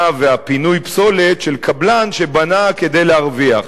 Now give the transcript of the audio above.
ופינוי הפסולת של קבלן שבנה כדי להרוויח,